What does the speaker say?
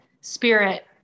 spirit